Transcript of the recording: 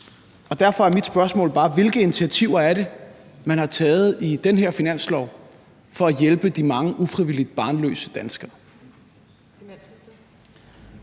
Derfor er mit spørgsmål bare: Hvilke initiativer er det, man har taget i den her finanslov for at hjælpe de mange ufrivilligt barnløse danskere?